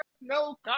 no